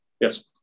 Yes